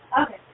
Okay